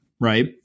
right